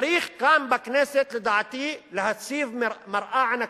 לדעתי צריך כאן בכנסת להציב מראה ענקית,